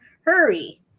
Hurry